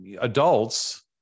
adults